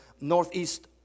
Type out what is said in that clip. northeast